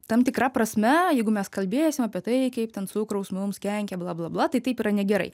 tam tikra prasme jeigu mes kalbėsim apie tai kaip ten cukraus mums kenkia bla bla bla tai taip yra negerai